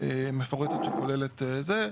מפורטת שכוללת זה.